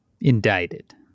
indicted